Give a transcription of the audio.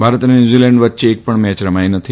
ભારત અને ન્યૂઝીલેન્ડ વચ્ચે એકા ણ મેચ રમાઇ નથી